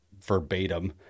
verbatim